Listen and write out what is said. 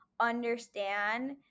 understand